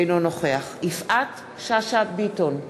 אינו נוכח יפעת שאשא ביטון,